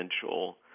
potential